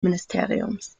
ministeriums